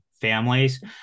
families